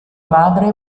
madre